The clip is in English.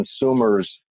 consumers